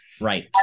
Right